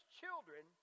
children